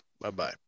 Bye-bye